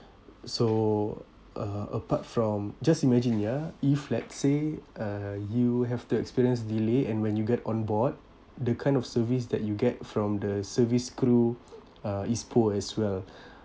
so uh apart from just imagine ya if let's say uh you have to experience delay and when you get on board the kind of service that you get from the service crew uh is poor as well